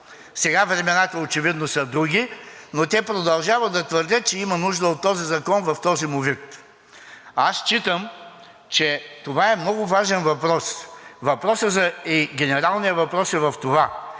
Сега времената очевидно са други, но те продължават да твърдят, че има нужда от този закон в този му вид. Считам, че това е много важен въпрос. Генералният въпрос е в това.